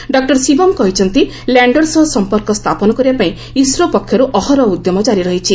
doctor Sivan କହିଛନ୍ତି lander ସହ ସମ୍ପର୍କ ସ୍ଥାପନ କରିବାପାଇଁ ଇସ୍ରୋ ପକ୍ଷରୁ ଅହରହ ଉଦ୍ୟମ କ୍ରାରି ରହିଛି